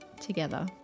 together